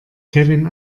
kevin